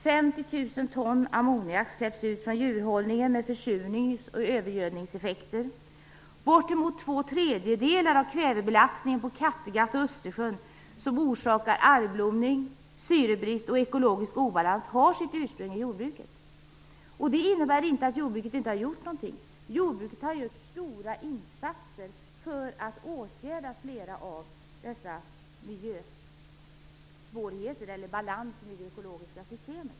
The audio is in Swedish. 50 000 ton ammoniak släpps ut från djurhållningen med försurnings och övergödningseffekter. Bortemot två tredjedelar av kvävebelastningen på Kattegatt och Östersjön, som orsakar algblomning, syrebrist och ekologiskt obalans, har sitt ursprung i jordbruket. Det innebär inte att jordbruket inte har gjort någonting. Jordbruket har gjort stora insatser för att förbättra balansen i det ekologiska systemet.